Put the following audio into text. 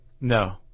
No